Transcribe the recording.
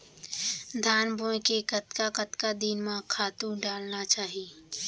धान बोए के कतका कतका दिन म खातू डालना चाही?